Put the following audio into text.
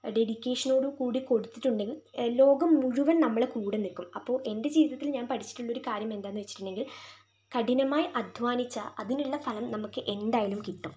ഡെഡിക്കേഷനോട് കൂടി കൊടുത്തിട്ടുണ്ടെങ്കിൽ ലോകം മുഴുവൻ നമ്മുടെ കൂടെ നിൽക്കും അപ്പോൾ എൻറ്റെ ജീവിതത്തിൽ ഞാൻ പഠിച്ചിട്ടുള്ളൊരു കാര്യം എന്തെന്നുവെച്ചിട്ടുണ്ടെങ്കിൽ കഠിനമായി അധ്വാനിച്ചാൽ അതിനുള്ള ഫലം നമുക്ക് എന്തായാലും കിട്ടും